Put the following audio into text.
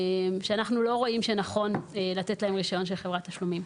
שאנחנו לא רואים שנכון לתת להם רישיון של חברת תשלומים.